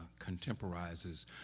contemporizes